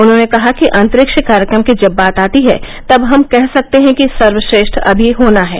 उन्होंने कहा कि अंतरिक्ष कार्यक्रम की जब बात आती है तब हम कह सकते हैं कि सर्वश्रेष्ठ अभी होना है